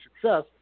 success